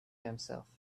himself